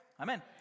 Amen